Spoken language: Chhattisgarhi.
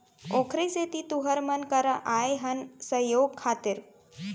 ओखरे सेती तुँहर मन करा आए हन सहयोग खातिर